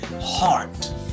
heart